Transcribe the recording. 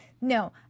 no